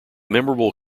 memorable